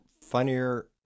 funnier